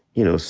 you know,